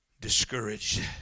discouraged